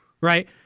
right